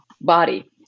body